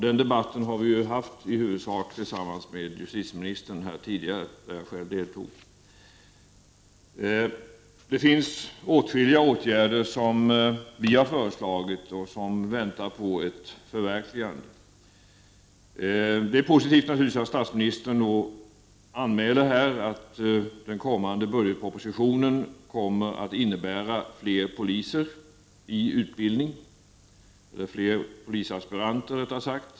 Den debatten har vi i huvudsak haft tillsammans med justitieministern här tidigare, där jag själv deltog. Vi har föreslagit åtskilliga åtgärder, som väntar på ett förverkligande. Det är positivt att statsministern här anmälde att den kommande budgetpropositionen kommer att innebära att flera polisaspiranter utbildas.